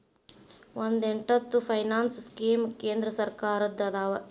ಒಂದ್ ಎಂಟತ್ತು finance scheme ಕೇಂದ್ರ ಸರ್ಕಾರದ್ದ ಅದಾವ